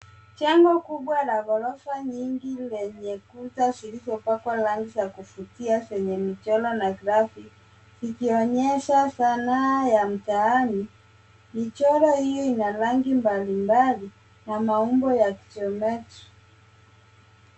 Jengo kubwa la gorofa nyingi lenye kuta zilizopakwa rangi za kuvutia zenye michoro na graphic ; zikionyesha sanaa ya mtaani. Michoro hiyo ina rangi mbalimbali na maumbo ya kijiometri.